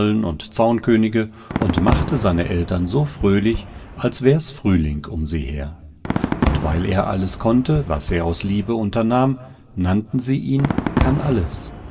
und zaunkönige und machte seine eltern so fröhlich als wär's frühling um sie her und weil er alles konnte was er aus liebe unternahm nannten sie ihn kannalles